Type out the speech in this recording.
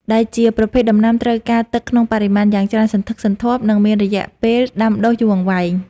ដែលជាប្រភេទដំណាំត្រូវការទឹកក្នុងបរិមាណយ៉ាងច្រើនសន្ធឹកសន្ធាប់ និងមានរយៈពេលដាំដុះយូរអង្វែង។